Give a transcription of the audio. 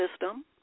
system